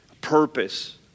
purpose